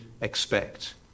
expect